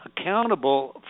accountable